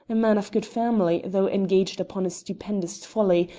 a man of good family though engaged upon a stupendous folly,